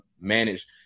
manage